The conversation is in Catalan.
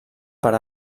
per